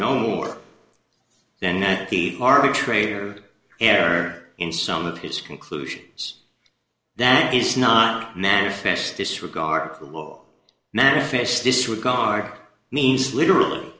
no more then that the arbitrator error in some of his conclusions that is not manifest disregard the law manifest disregard means literally